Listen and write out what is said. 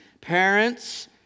parents